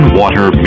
water